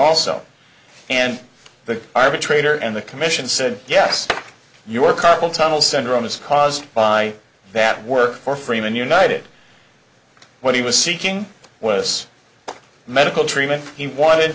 also and the arbitrator and the commission said yes your carpal tunnel syndrome is caused by that work for freeman united when he was seeking was medical treatment he wanted